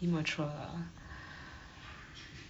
immature ah